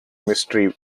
mystery